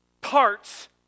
Parts